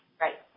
Right